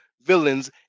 villains